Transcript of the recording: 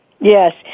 Yes